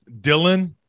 Dylan